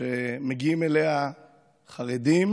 בהחלטה של רגע,